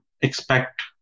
expect